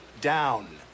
down